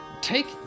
take